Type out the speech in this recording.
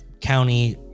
County